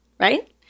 Right